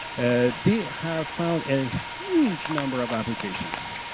and they have found a huge number of applications.